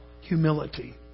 humility